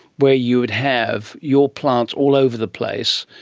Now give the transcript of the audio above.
where you would have your plants all over the place,